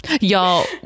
y'all